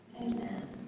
Amen